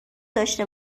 داشه